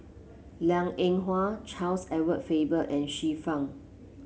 Liang Eng Hwa Charles Edward Faber and Xiu Fang